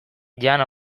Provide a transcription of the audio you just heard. jan